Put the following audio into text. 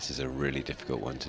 this is a really difficult one